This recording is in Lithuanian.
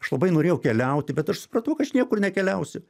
aš labai norėjau keliauti bet aš supratau kad aš niekur nekeliausiu